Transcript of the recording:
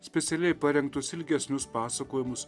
specialiai parengtus ilgesnius pasakojimus